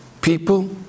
people